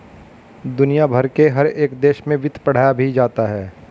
दुनिया भर के हर एक देश में वित्त पढ़ाया भी जाता है